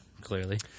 clearly